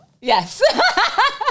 Yes